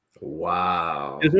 Wow